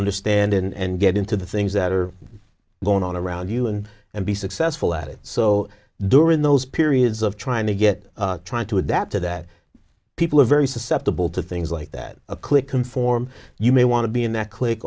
understand and get into the things that are going on around you and and be successful at it so during those periods of trying to get trying to adapt to that people are very susceptible to things like that a click can form you may want to be in that click